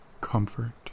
comfort